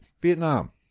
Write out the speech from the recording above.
Vietnam